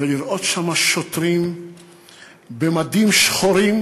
ולראות שם שוטרים במדים שחורים,